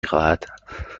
خواهد